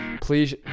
Please